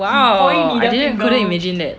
!wow! I didn't couldn't imagine that